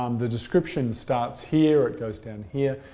um the description starts here, it goes down here.